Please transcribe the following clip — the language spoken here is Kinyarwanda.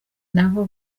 nabo